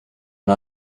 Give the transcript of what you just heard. and